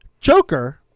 Joker